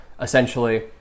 essentially